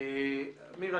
אמיר,